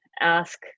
ask